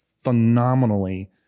phenomenally